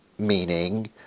meaning